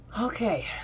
Okay